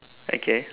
okay